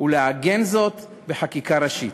ולעגן זאת בחקיקה ראשית.